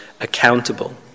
accountable